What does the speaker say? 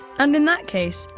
and in that case,